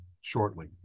shortly